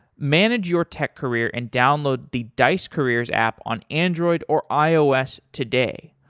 manage your tech career and download the dice careers app on android or ios today.